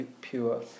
pure